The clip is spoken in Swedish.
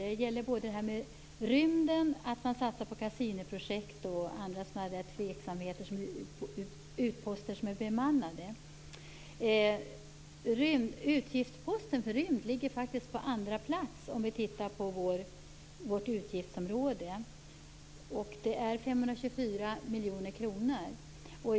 Det gäller för det första rymden, där man satsar på Cassiniprojektet och andra tveksamheter, med utposter som är bemannade. Utgiftsposten för rymden ligger på andra plats i vårt utgiftsområde, och det är 524 miljoner kronor.